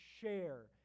share